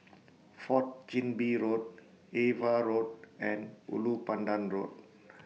Fourth Chin Bee Road AVA Road and Ulu Pandan Road